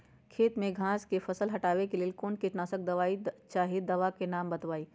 खेत में घास के फसल से हटावे के लेल कौन किटनाशक दवाई चाहि दवा का नाम बताआई?